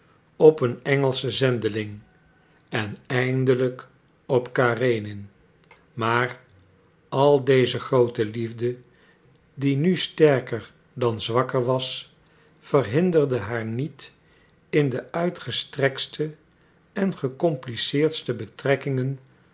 op een engelschen zendeling en eindelijk op karenin maar al deze groote liefde die nu sterker dan zwakker was verhinderde haar niet in de uitgestrektste en gecompliceerdste betrekkingen